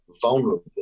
vulnerable